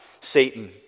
Satan